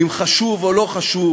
אם חשוב או לא חשוב